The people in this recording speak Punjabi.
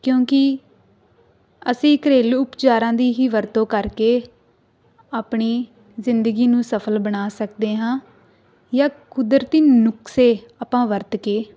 ਕਿਉਂਕਿ ਅਸੀਂ ਘਰੇਲੂ ਉਪਚਾਰਾਂ ਦੀ ਹੀ ਵਰਤੋਂ ਕਰਕੇ ਆਪਣੀ ਜ਼ਿੰਦਗੀ ਨੂੰ ਸਫਲ ਬਣਾ ਸਕਦੇ ਹਾਂ ਜਾਂ ਕੁਦਰਤੀ ਨੁਕਸੇ ਆਪਾਂ ਵਰਤ ਕੇ